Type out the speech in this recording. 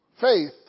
Faith